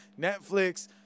Netflix